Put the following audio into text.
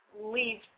leave